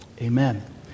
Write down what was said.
Amen